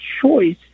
choice